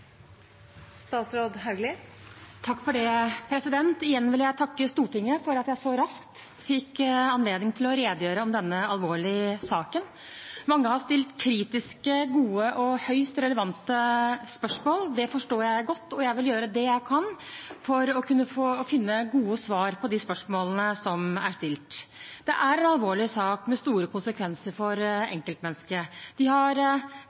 å redegjøre om denne alvorlige saken. Mange har stilt kritiske, gode og høyst relevante spørsmål. Det forstår jeg godt, og jeg vil gjøre det jeg kan for å finne gode svar på de spørsmålene som er stilt. Dette er en alvorlig sak, med store konsekvenser for enkeltmennesker. De har